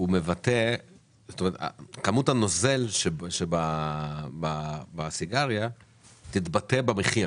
כמות הנוזל שבסיגריה תתבטא במחיר.